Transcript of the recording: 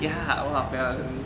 ya !wapiang!